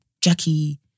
Jackie